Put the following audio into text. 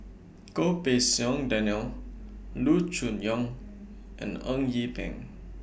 Goh Pei Siong Daniel Loo Choon Yong and Eng Yee Peng